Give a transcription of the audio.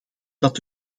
dat